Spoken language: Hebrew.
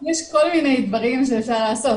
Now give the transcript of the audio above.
כל מיני דברים שאפשר לעשות,